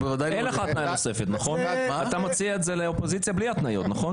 אתה מציע אתה לאופוזיציה בלי התניות, נכון?